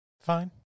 Fine